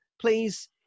please